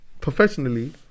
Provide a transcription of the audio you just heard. professionally